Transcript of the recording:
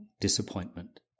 disappointment